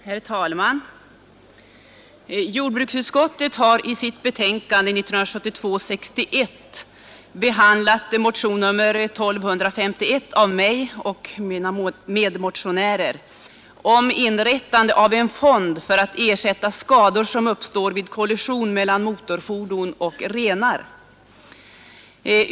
Herr talman! Jordbruksutskottet har i sitt betänkande 1972:61 behandlat motionen 1251 av mig och mina medmotionärer om inrättande av en fond för att ersätta skador som uppstår vid kollision mellan motorfordon och renar.